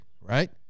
right